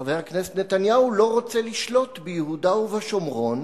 חבר הכנסת נתניהו לא רוצה לשלוט ביהודה ובשומרון